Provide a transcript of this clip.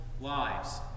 lives